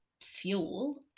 fuel